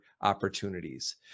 opportunities